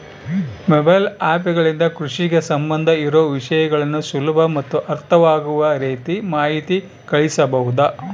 Mobile app ಗಳಿಂದ ಕೃಷಿಗೆ ಸಂಬಂಧ ಇರೊ ವಿಷಯಗಳನ್ನು ಸುಲಭ ಮತ್ತು ಅರ್ಥವಾಗುವ ರೇತಿ ಮಾಹಿತಿ ಕಳಿಸಬಹುದಾ?